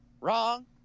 wrong